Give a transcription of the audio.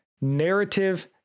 narrative